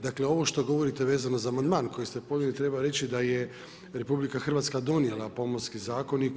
Dakle, ovo što govorite vezano za amandman koji ste podnijeli treba reći da je RH donijela Pomorski zakonik.